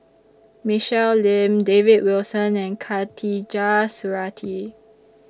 Michelle Lim David Wilson and Khatijah Surattee